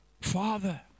Father